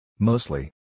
Mostly